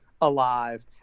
alive